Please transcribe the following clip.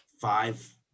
five –